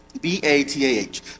B-A-T-A-H